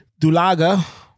Dulaga